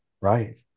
right